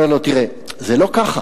אני אומר לו: תראה, זה לא ככה.